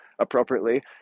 appropriately